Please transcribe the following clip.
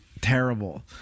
terrible